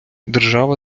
держава